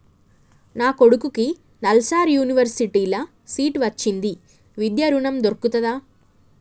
నా కొడుకుకి నల్సార్ యూనివర్సిటీ ల సీట్ వచ్చింది విద్య ఋణం దొర్కుతదా?